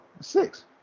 Six